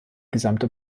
gesamte